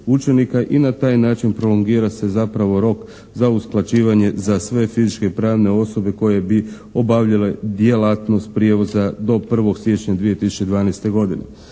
i na taj način prolongira se zapravo rok za usklađivanje za sve fizičke i pravne osobe koje bi obavljale djelatnost prijevoza do 1. siječnja 2012. godine.